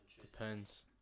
Depends